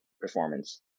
performance